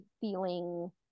feeling